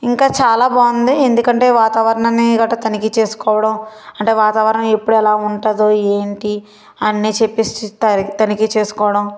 ఇంకా చాలా బాగుంది ఎందుకంటే వాతావరణాన్ని కట్టా తనిఖీ చేసుకోవడం అంటే వాతావరణం ఎప్పుడు ఎలా ఉంటుందో ఏంటి అన్నీ చెప్పేసి తనిఖీ చేసుకోవడం